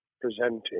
presenting